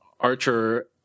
Archer